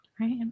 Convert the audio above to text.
right